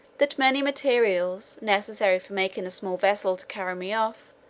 that many materials, necessary for making a small vessel to carry me off,